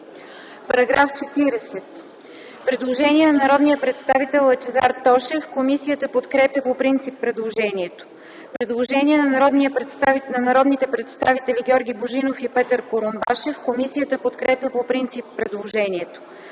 е постъпило предложение на народния представител Лъчезар Тошев. Комисията подкрепя по принцип предложението. Предложение на народните представители Георги Божинов, Петър Курумбашев и Меглена Плугчиева. Комисията подкрепя по принцип предложението.